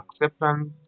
Acceptance